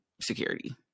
security